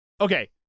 okay